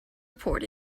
report